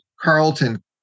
Carlton